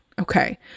okay